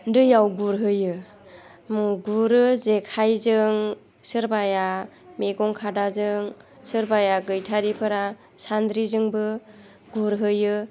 दैयाव गुरहैयो गुरो जेखाइजों सोरबाया मैगं खादाजों सोरबाया गैथारिफोरा सान्द्रिजोंबो गुरहैयो